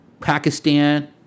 pakistan